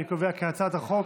אני קובע כי הצעת החוק